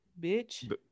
bitch